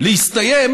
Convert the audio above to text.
להסתיים